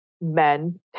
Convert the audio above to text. men